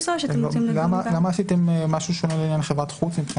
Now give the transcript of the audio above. למה עשיתם משהו שונה מחברת חוץ?